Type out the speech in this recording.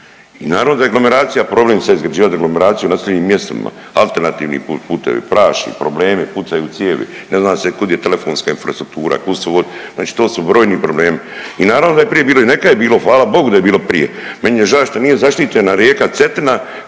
I naravno da je aglomeracija problem, sad izgrađivat aglomeraciju na …/Govornik se ne razumije./… alternativni putevi, praši, problemi, pucaju cijevi, ne zna se kud je telefonska infrastruktura, kud su, znači to su brojni problemi. I naravno da je prije bilo i neka je bilo, hvala Bogu da je bilo prije. Meni je žao što nije zaštićena rijeka Cetina